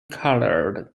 colored